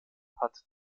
hat